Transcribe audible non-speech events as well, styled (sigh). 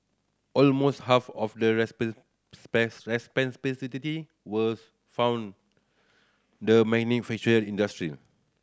almost half of the (unintelligible) was from the manufacturing industry